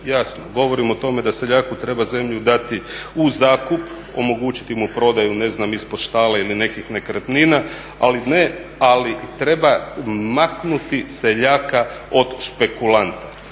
jasno govorim o tome da seljaku treba zemlju dati u zakup, omogućiti mu prodaju ne znam ispod štale ili nekih nekretnina, ali treba maknuti seljaka od špekulanta.